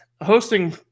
hosting